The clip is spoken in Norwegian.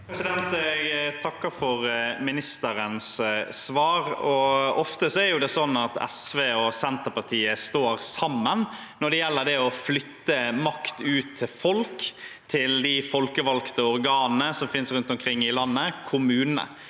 Jeg takker for statsrådens svar. Ofte er det sånn at SV og Senterpartiet står sammen når det gjelder å flytte makt ut til folk, til de folkevalgte organene som finnes rundt omkring i landet, i kommunene,